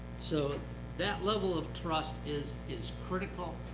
so that level of trust is is critical.